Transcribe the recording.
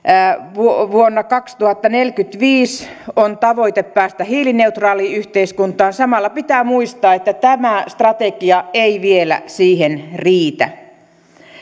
vuonna vuonna kaksituhattaneljäkymmentäviisi on tavoite päästä hiilineutraaliin yhteiskuntaan samalla pitää muistaa että tämä strategia ei vielä siihen riitä